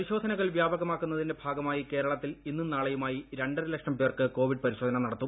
പരിശോധനകൾ വ്യാപകമാക്കുന്നതിന്റെ ഭാഗമായി കേരളത്തിൽ ഇന്നും നാളെയുമായി രണ്ടര ലക്ഷം പേർക്ക് കോവിഡ് പരിശോധന നടത്തും